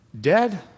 dead